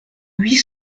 huit